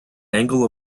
angle